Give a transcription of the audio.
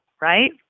right